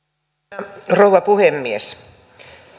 arvoisa rouva puhemies